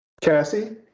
Cassie